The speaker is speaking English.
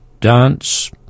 dance